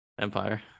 Empire